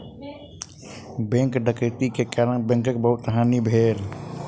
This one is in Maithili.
बैंक डकैती के कारण बैंकक बहुत हानि भेल